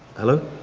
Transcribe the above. hello?